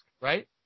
right